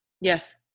yes